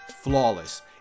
Flawless